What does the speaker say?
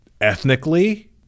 ethnically